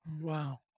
Wow